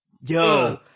Yo